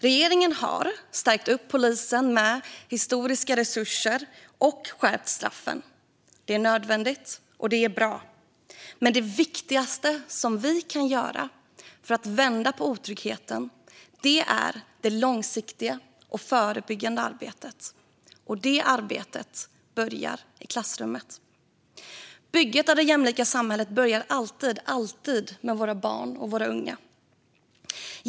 Regeringen har stärkt polisen med historiska resurser och skärpt straffen. Det är nödvändigt, och det är bra. Men det viktigaste vi kan göra för att vända på otryggheten är det långsiktiga och förebyggande arbetet. Och det arbetet börjar i klassrummet. Bygget av det jämlika samhället börjar alltid, alltid med våra barn och våra unga.